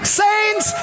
saints